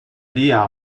idea